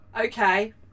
Okay